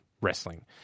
wrestling